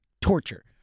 torture